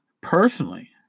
Personally